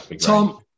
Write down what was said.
Tom